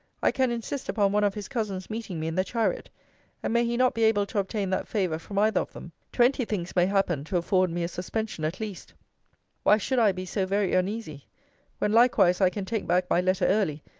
i can insist upon one of his cousins meeting me in the chariot and may he not be able to obtain that favour from either of them. twenty things may happen to afford me a suspension at least why should i be so very uneasy when likewise i can take back my letter early,